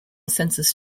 census